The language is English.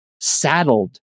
saddled